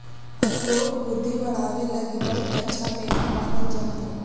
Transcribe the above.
अखरोट बुद्धि बढ़ावे लगी बहुत अच्छा मेवा मानल जा हई